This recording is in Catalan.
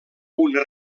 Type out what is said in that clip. una